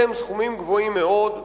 אלה סכומים גבוהים מאוד.